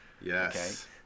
Yes